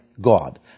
God